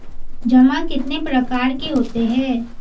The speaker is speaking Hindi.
जमा कितने प्रकार के होते हैं?